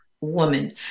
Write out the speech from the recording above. woman